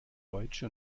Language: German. deutsche